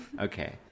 Okay